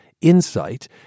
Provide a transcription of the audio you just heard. Insight